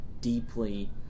deeply